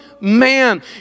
man